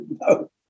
no